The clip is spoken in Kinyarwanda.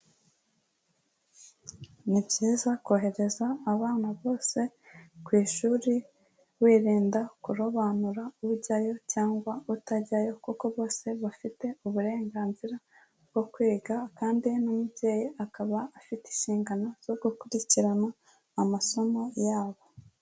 Ni byiza kohereza abana bose ku ishuri wirinda kurobanura ujyayo cyangwa utajyayo kuko bose bafite uburenganzira bwo kwiga kandi n'umubyeyi akaba afite inshingano zo gukurikirana amasomo yabo.